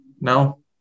No